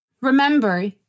Remember